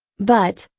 but,